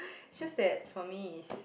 it's just that for me is